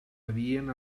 havien